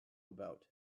about